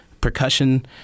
percussion